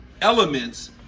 elements